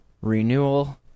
Renewal